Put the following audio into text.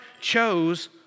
chose